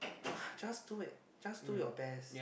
I just do it just do your best